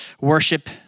worship